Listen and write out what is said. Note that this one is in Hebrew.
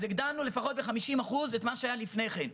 אז הגדלנו לפחות ב-50% את מה שהיה לפני כן.